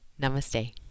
Namaste